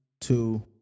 two